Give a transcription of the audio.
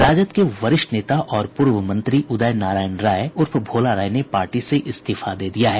राजद के वरिष्ठ नेता और पूर्व मंत्री उदय नारायण राय उर्फ भोला राय ने पार्टी से इस्तीफा दे दिया है